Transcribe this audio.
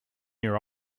your